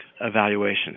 evaluation